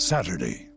Saturday